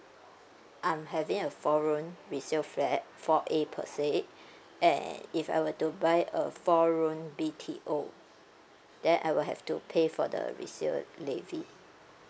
I'm having a four room resale flat four A per se and if I were to buy a four room B_T_O then I will have to pay for the resale levy